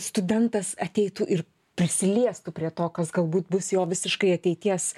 studentas ateitų ir prisiliestų prie to kas galbūt bus jo visiškai ateities